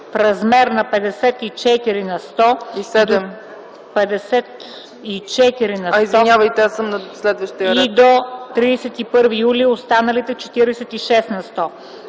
в размер на 54 на сто и до 31 юли – останалите 46 на сто.